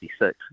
1966